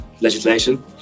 legislation